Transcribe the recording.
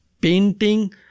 painting